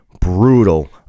brutal